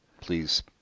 please